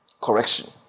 Correction